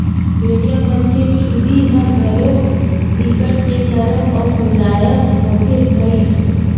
भेड़िया मन के चूदी ह घलोक बिकट के नरम अउ मुलायम होथे भईर